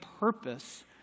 purpose